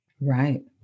Right